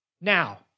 Now